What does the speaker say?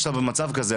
כשאתה במצב כזה,